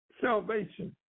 salvation